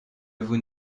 vous